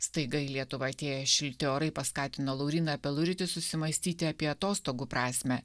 staiga į lietuvą atėję šilti orai paskatino lauryną peluritį susimąstyti apie atostogų prasmę